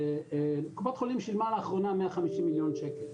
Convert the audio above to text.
קופת חולים שילמה לאחרונה 150 מיליון שקל,